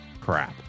crap